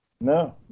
No